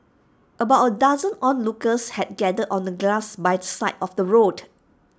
about A dozen onlookers had gathered on the grass by the side of the road